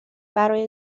برای